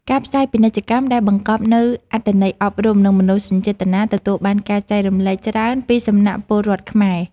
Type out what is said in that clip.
ការផ្សាយពាណិជ្ជកម្មដែលបង្កប់នូវអត្ថន័យអប់រំ និងមនោសញ្ចេតនាទទួលបានការចែករំលែកច្រើនពីសំណាក់ពលរដ្ឋខ្មែរ។